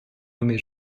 nommé